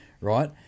right